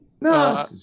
No